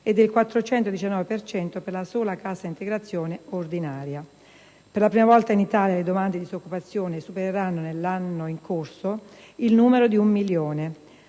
per cento per la sola cassa integrazione ordinaria. Per la prima volta in Italia le domande di disoccupazione supereranno nell'anno in corso il numero di un milione.